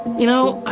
you know,